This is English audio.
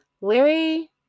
Larry